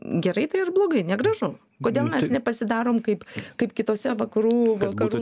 gerai tai ar blogai negražu kodėl mes nepasidarom kaip kaip kitose vakarų vakarų